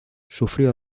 sufrió